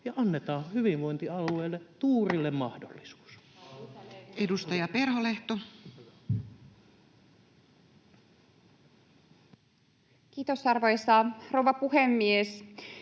ja annetaan hyvinvointialueilla tuurille mahdollisuus? Edustaja Perholehto. Kiitos, arvoisa rouva puhemies!